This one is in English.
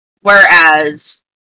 Whereas